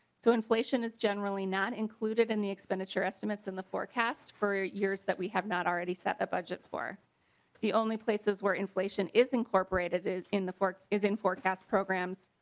so inflation is generally not included in the expenditure estimates in the forecast for years that we have not already set a budget for the only places where inflation is incorporated is in the fort is in forecast programs.